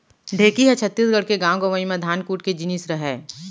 ढेंकी ह छत्तीसगढ़ के गॉंव गँवई म धान कूट के जिनिस रहय